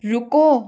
रुको